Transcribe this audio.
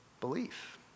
belief